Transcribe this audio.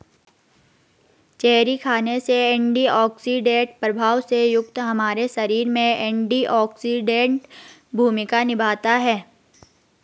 cherry खाने से antioxidant प्रभाव से युक्त हमारे शरीर में एंटीऑक्सीडेंट भूमिका निभाता है